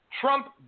Trump